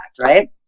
right